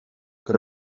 que